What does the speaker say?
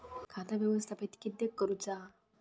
खाता व्यवस्थापित किद्यक करुचा?